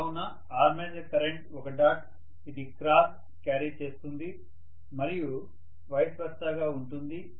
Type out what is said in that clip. కావున armature current ఒక dot ఇది క్రాస్ క్యారీ చేస్తుంది మరియు వ్యత్యస్తంగా ఉంటుంది